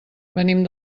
venim